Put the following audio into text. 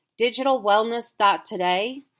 digitalwellness.today